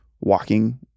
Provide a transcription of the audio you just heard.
walking